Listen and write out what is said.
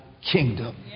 kingdom